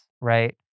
right